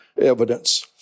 evidence